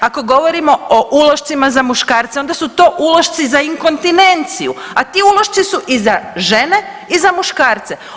Ako govorimo o ulošcima za muškarce onda su to ulošci za inkontinenciju, a ti ulošci su i za žene i za muškarce.